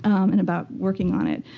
and about working on it?